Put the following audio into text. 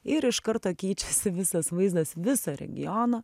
ir iš karto keičiasi visas vaizdas viso regiono